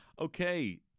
Okay